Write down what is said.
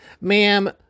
ma'am